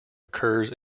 occurs